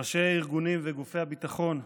ראשי הארגונים וגופי הביטחון,